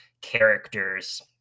characters